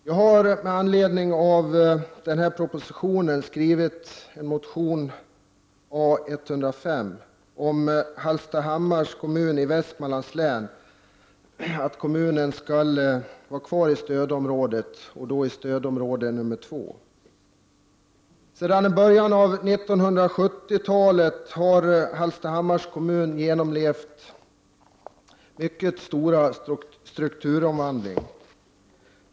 Jag har med anledning av denna proposition skrivit en motion, A105, om att Hallstahammar kommun i Västmanlands län skall vara kvar i stödområdet och då i stödområde nr 2. Sedan i början av 1970-talet har Hallstahammars kommun genomlevt en mycket stor strukturomvandling.